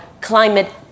climate